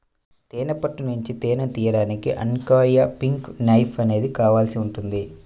తేనె పట్టు నుంచి తేనెను తీయడానికి అన్క్యాపింగ్ నైఫ్ అనేది కావాల్సి ఉంటుంది